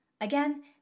Again